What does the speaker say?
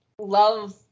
love